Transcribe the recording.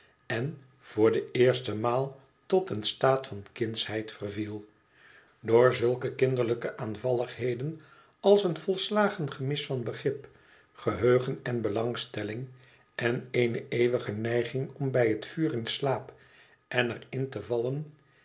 en voor de eerste maal tot een staat van kindschheid verviel door zulke kinderlijke aanonkruid groeit niet altijd even hard valligheden als een volslagen gemis van begrip geheugen en belangstelling en eene eeuwige neiging om bij het vuur in slaap en er in te vallen